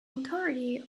authority